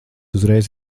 uzreiz